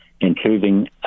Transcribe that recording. including